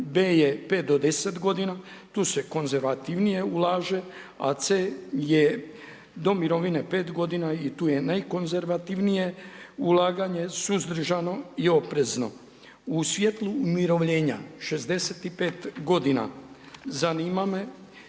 B je 5 do 10 godina, tu se konzervativnije ulaže, a C je do mirovine 5 godina i tu je najkonzervativnije ulaganje suzdržano i oprezno. U svjetlu umirovljenja 65 godina zanima me